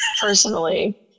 personally